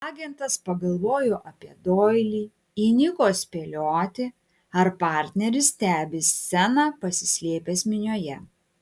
agentas pagalvojo apie doilį įniko spėlioti ar partneris stebi sceną pasislėpęs minioje